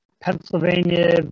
Pennsylvania